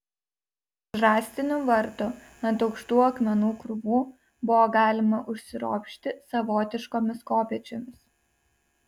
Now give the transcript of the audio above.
už rąstinių vartų ant aukštų akmenų krūvų buvo galima užsiropšti savotiškomis kopėčiomis